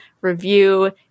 review